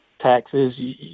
taxes